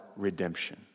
redemption